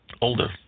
older